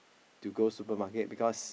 to go supermarket because